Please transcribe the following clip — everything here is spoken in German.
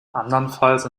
andernfalls